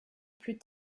plus